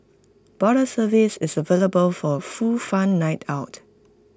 bottle service is available for full fun night out